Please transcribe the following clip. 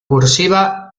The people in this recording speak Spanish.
cursiva